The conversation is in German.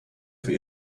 für